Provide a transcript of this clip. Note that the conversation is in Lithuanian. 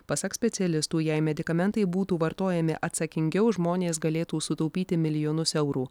pasak specialistų jei medikamentai būtų vartojami atsakingiau žmonės galėtų sutaupyti milijonus eurų